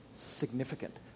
significant